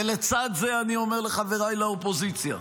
ולצד זה, אני אומר לחבריי לאופוזיציה: